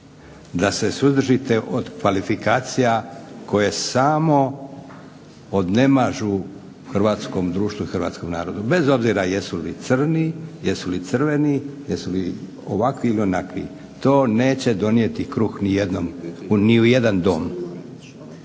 da se suzdržite od kvalifikacija koje samo odnemažu hrvatskom društvu i hrvatskom narodu bez obzira jesu li crni, jesu li crveni, jesu li ovakvi ili onakvi, to neće donijeti kruh u nijedan dom.